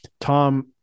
tom